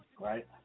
Right